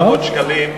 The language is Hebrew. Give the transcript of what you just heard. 1,400 שקלים,